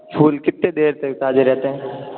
फूल कितने देर तक ताजा रहते हैं